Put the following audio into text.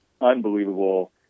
unbelievable